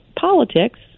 politics